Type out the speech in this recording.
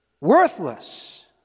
worthless